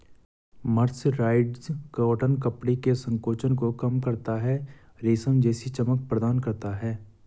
mercerised cotton कपड़े के संकोचन को कम करता है, रेशम जैसी चमक प्रदान करता है